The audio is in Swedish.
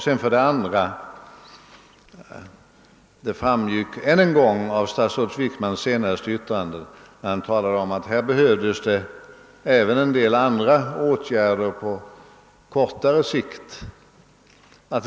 Statsrådet Wickman understryker vidare att det här behövs en del andra åtgärder på kortare sikt.